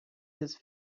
his